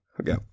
Okay